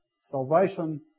salvation